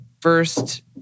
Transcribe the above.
first